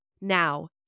Now